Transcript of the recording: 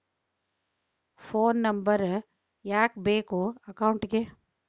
Phone number ಯಾಕೆ ಬೇಕು ಅಕೌಂಟಿಗೆ?